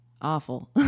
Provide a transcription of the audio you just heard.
awful